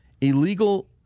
illegal